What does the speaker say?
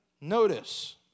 Notice